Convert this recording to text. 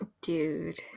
dude